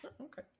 Okay